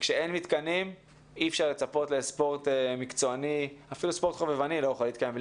כשאין מתקנים אי-אפשר לצפות לספורט מקצועני בוודאי לא חובבני.